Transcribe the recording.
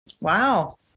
Wow